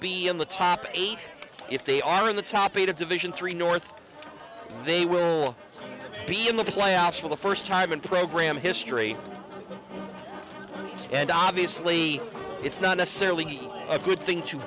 be in the top eight if they are in the top eight of division three norm they will be in the playoffs for the first time in program history and obviously it's not necessarily a good thing to